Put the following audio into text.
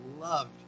loved